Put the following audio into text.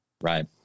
Right